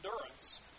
endurance